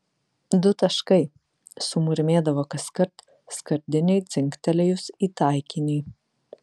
du taškai sumurmėdavo kaskart skardinei dzingtelėjus į taikinį